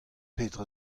petra